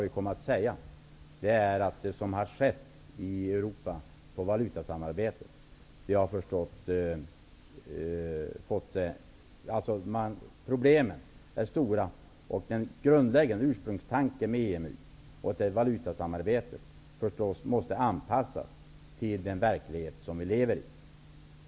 Vi har talat om vad som har skett i Europa på valutasamarbetets område. Problemen är stora. och valutasamarbetet måste naturligtvis anpassas till den verklighet som vi lever i.